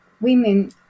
women